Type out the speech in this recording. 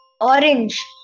Orange